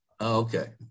Okay